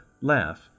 Laugh